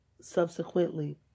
subsequently